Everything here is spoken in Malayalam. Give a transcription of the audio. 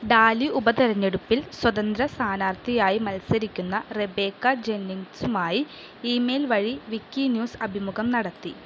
ഡാലി ഉപതെരഞ്ഞെടുപ്പിൽ സ്വതന്ത്ര സ്ഥാനാർത്ഥിയായി മത്സരിക്കുന്ന റെബേക്ക ജെന്നിംഗ്സുമായി ഇമെയിൽ വഴി വിക്കി ന്യൂസ് അഭിമുഖം നടത്തി